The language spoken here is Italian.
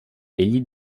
egli